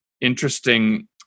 interesting